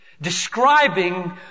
Describing